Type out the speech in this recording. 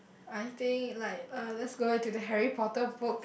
I think like uh let's go back to the Harry-Potter book